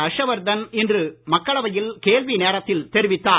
ஹர்ஷவர்தன் இன்று மக்களவையில் கேள்வி நேரத்தில் தெரிவித்தார்